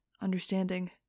understanding